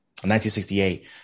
1968